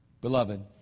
Beloved